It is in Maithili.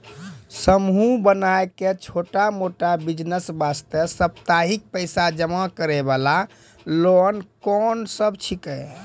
समूह बनाय के छोटा मोटा बिज़नेस वास्ते साप्ताहिक पैसा जमा करे वाला लोन कोंन सब छीके?